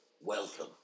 welcome